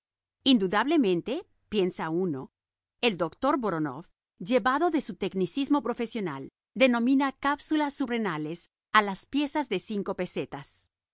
subrenales muere indudablemente piensa uno el doctor voronof llevado de su tecnicismo profesional denomina cápsulas subrenales a las piezas de cinco pesetas